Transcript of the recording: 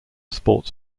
sports